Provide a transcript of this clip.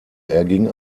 erging